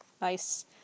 Nice